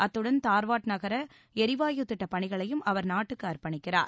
அத்துடன் தார்வாட் நகர எரிவாயு திட்டப் பணிகளையும் அவர் நாட்டுக்கு அரப்பணிக்கிறார்